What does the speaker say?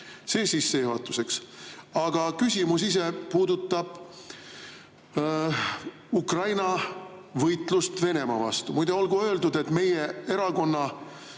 See sissejuhatuseks. Aga küsimus ise puudutab Ukraina võitlust Venemaa vastu. Muide, olgu öeldud, et meie erakonna